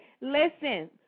Listen